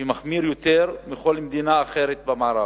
שמחמיר יותר מכל מדינה אחרת במערב.